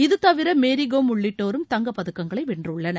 இதுதவிர மேரி கோம் உள்ளிட்டோரும் தங்கப்பதக்கங்களை வென்றுள்ளனர்